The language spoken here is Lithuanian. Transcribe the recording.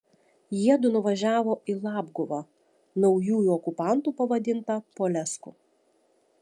jiedu nuvažiavo į labguvą naujųjų okupantų pavadintą polesku